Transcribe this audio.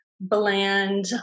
bland